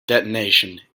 detonation